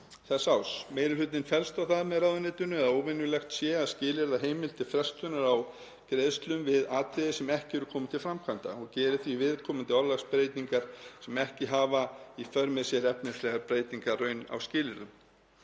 árs 2025. Meiri hlutinn fellst á það með ráðuneytinu að óvenjulegt sé að skilyrða heimild til frestunar á greiðslum við atriði sem ekki eru komin til framkvæmda og gerir því viðeigandi orðalagsbreytingar sem ekki hafa í för með sér efnislega breytingu á skilyrðum.